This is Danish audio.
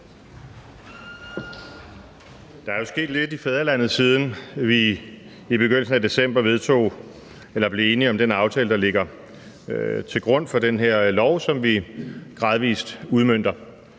Der er jo sket lidt i fædrelandet, siden vi i begyndelsen af december blev enige om den aftale, der ligger til grund for den her lov, som vi gradvis udmønter.